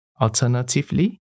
Alternatively